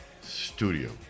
studio